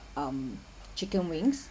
um chicken wings